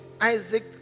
Isaac